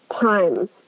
time